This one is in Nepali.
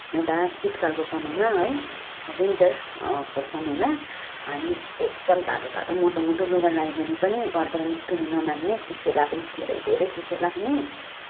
एउटा शितकालको समयमा है विन्टर को समयमा हामी एकदम तातो तातो मोटो मोटो लुगा लगायो भने पनि घरबाट निस्किनु नमान्ने चिसो लाग्ने धेरै धेरै चिसो लाग्ने